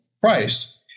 price